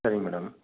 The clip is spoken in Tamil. சரிங்க மேடம்